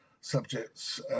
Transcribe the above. subjects